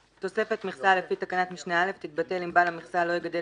" (ב)תוספת מכסה לפי תקנת משנה (א) תתבטל אם בעל המכסה לא יגדל